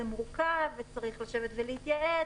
זה מורכב וצריך לשבת ולהתייעץ,